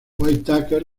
whitaker